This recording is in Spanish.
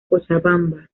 cochabamba